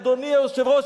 אדוני היושב-ראש,